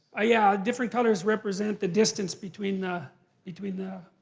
ah yeah, different colors represent the distance between the between the